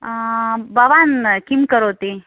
आ भवान् किं करोति